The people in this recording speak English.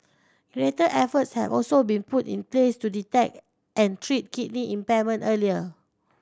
greater efforts have also been put in place to detect and treat kidney impairment earlier